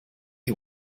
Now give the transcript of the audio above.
you